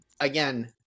Again